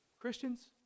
Christians